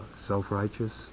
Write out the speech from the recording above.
self-righteous